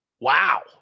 Wow